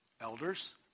elders